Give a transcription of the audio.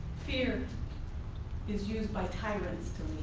fear is used by tyrants to